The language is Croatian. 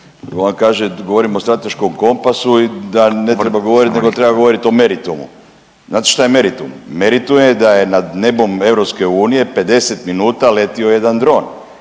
on kaže da govorimo o strateškom kompasu i da ne treba govorit, nego treba govorit o meritumu. Znate šta je meritum? Meritum je da je nad nebom EU 50 minuta letio jedan dron